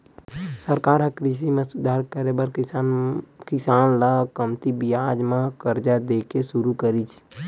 सरकार ह कृषि म सुधार करे बर किसान ल कमती बियाज म करजा दे के सुरू करिस